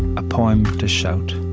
a poem to shout.